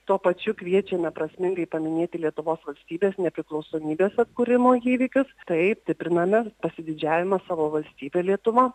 tuo pačiu kviečiame prasmingai paminėti lietuvos valstybės nepriklausomybės atkūrimo įvykius taip stipriname pasididžiavimą savo valstybe lietuva